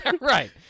Right